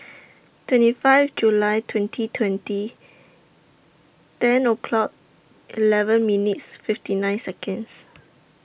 twenty five July twenty twenty ten o'clock eleven minutes fifty nine Seconds